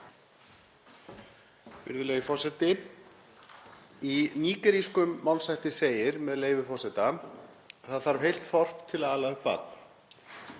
Virðulegi forseti. Í nígerískum málshætti segir, með leyfi forseta: Það þarf heilt þorp til að ala upp barn.